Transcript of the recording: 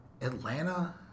Atlanta